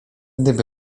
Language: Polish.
gdyby